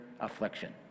affliction